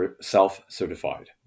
self-certified